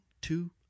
two